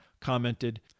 commented